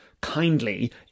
kindly